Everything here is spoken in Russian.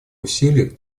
усилиях